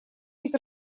быть